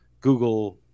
Google